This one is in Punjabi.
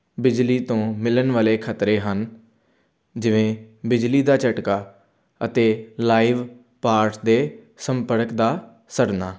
ਬਿਜਲੀ ਤੋਂ ਮਿਲਣ ਵਾਲੇ ਖਤਰੇ ਹਨ ਜਿਵੇਂ ਬਿਜਲੀ ਦਾ ਝਟਕਾ ਅਤੇ ਲਾਈਵ ਪਾਰਟਸ ਦੇ ਸੰਪਰਕ ਦਾ ਸੜਨਾ